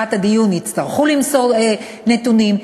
לקראת הדיון יצטרכו למסור נתונים,